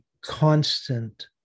constant